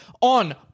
on